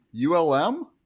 ULM